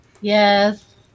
Yes